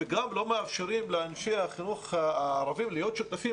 וגם לא מאפשרים לאנשי החינוך הערבי להיות שותפים